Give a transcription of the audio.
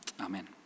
Amen